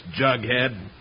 Jughead